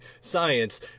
science